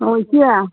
ꯑꯣ ꯏꯆꯦ